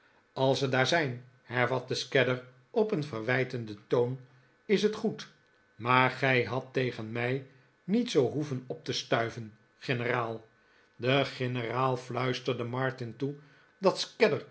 als ze daar zijn hervatte scadder op een verwijtenden toon is het goed maar gij hadt tegen m ij niet zoo hoeven op te stuiven generaal de generaal fluisterde martin toe dat